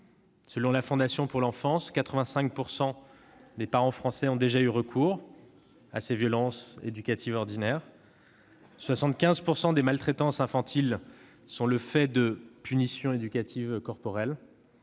selon la Fondation pour l'enfance, 85 % des parents français ont déjà eu recours à des violences éducatives ordinaires ; 75 % des maltraitances infantiles sont le fait de « punitions éducatives corporelles